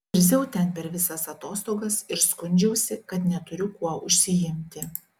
zirziau ten per visas atostogas ir skundžiausi kad neturiu kuo užsiimti